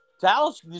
Dallas